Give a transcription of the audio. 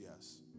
yes